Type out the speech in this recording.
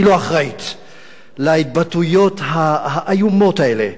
היא לא אחראית להתבטאויות האיומות האלה,